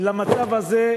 למצב הזה,